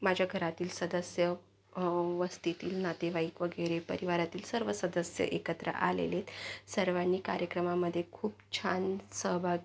माझ्या घरातील सदस्य वस्तीतील नातेवाईक वगैरे परिवारातील सर्व सदस्य एकत्र आलेलेत सर्वांनी कार्यक्रमामध्ये खूप छान सहभाग